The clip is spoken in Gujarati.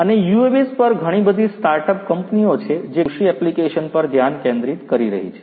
અને UAVs પર ઘણી બધી સ્ટાર્ટઅપ કંપનીઓ છે જે કૃષિ એપ્લિકેશન પર ધ્યાન કેન્દ્રિત કરી રહી છે